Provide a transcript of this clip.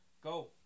go